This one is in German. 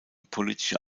politische